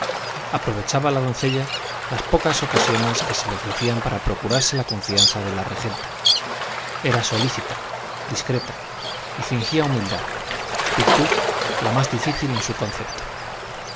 aprovechaba la doncella las pocas ocasiones que se le ofrecían para procurarse la confianza de la regenta era solícita discreta y fingía humildad virtud la más difícil en su concepto